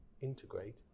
integrate